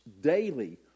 daily